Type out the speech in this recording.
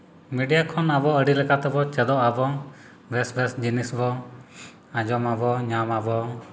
media ᱠᱷᱚᱱ ᱟᱵᱚ ᱟᱹᱰᱤ ᱞᱮᱠᱟ ᱛᱮᱵᱚ ᱪᱮᱫᱚᱜ ᱟᱵᱚ ᱵᱮᱥ ᱵᱮᱥ ᱡᱤᱱᱤᱥ ᱵᱚᱱ ᱟᱡᱚᱢ ᱢᱟᱵᱚᱱ ᱧᱟᱢ ᱟᱵᱚᱱ